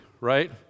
right